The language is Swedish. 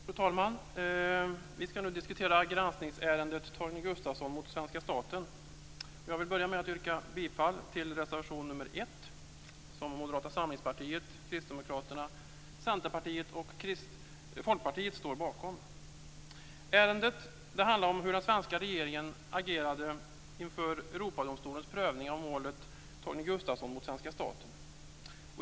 Fru talman! Vi skall nu diskutera granskningsärendet Torgny Gustafsson mot svenska staten. Jag vill börja med att yrka på godkännande av anmälan i reservation nr 1, som Moderata samlingspartiet, Kristdemokraterna, Centerpartiet och Folkpartiet står bakom. Ärendet handlar om hur den svenska regeringen agerade inför Europadomstolens prövning av målet Torgny Gustafsson mot svenska staten.